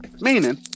Meaning